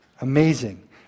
Amazing